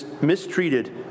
mistreated